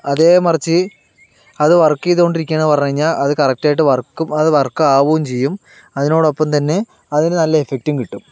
അതേ മറിച്ച് അത് വർക്ക് ചെയ്തുകൊണ്ടിരിക്കുകയാണന്നു പറഞ്ഞ് കഴിഞ്ഞാൽ അത് കറക്ടായിട്ട് വർക്കാവുകയും ചെയ്യും അതിനോടൊപ്പം തന്നെ അതിനു നല്ല എഫക്ടും കിട്ടും